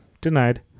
denied